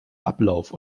ablauf